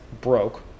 broke